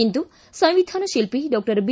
ಇಂದು ಸಂವಿಧಾನ ಶಿಲ್ಪಿ doctor B